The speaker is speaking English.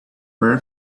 very